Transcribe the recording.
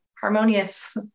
harmonious